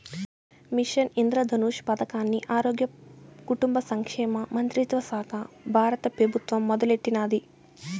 machine Indradhanush పదకాన్ని ఆరోగ్య, కుటుంబ సంక్షేమ మంత్రిత్వశాక బారత పెబుత్వం మొదలెట్టినాది